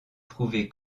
prouvée